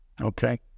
Okay